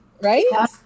right